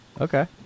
Okay